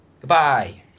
Goodbye